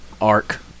Arc